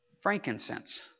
Frankincense